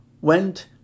went